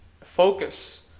focus